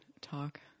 talk